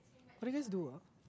what do you guys do ah